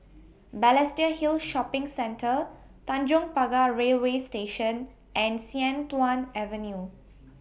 Balestier Hill Shopping Centre Tanjong Pagar Railway Station and Sian Tuan Avenue